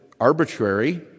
arbitrary